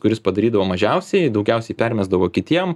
kuris padarydavo mažiausiai daugiausiai permesdavo kitiem